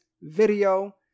video